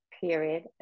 period